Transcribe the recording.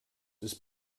ist